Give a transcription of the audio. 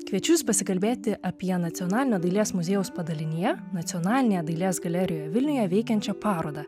kviečiu jus pasikalbėti apie nacionalinio dailės muziejaus padalinyje nacionalinėje dailės galerijoje vilniuje veikiančią parodą